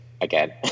again